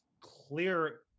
clear